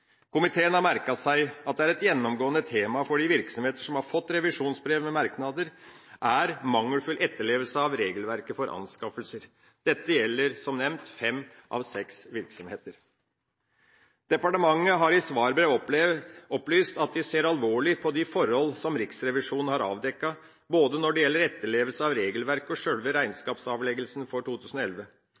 Komiteen har merket seg at et gjennomgående tema for de virksomheter som har fått revisjonsbrev med merknader, er mangelfull etterlevelse av regelverket for anskaffelser. Dette gjelder, som nevnt, fem av seks virksomheter. Departementet har i svarbrevet opplyst at de ser alvorlig på de forhold som Riksrevisjonen har avdekket både når det gjelder etterlevelse av regelverket og sjølve regnskapsavleggelsen for 2011.